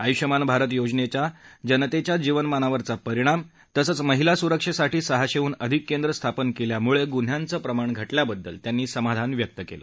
आयुष्मान भारत योजनेचा जनतेच्या जीवनमानावरचा परिणाम तसंच महिला सुरक्षेसाठी सहाशेहून अधिक केंद्र स्थापन केल्यामुळे गुन्ह्यांचं प्रमाण घटल्या ल्याबद्दल त्यांनी समाधान व्यक्त केलं